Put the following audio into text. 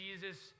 Jesus